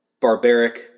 barbaric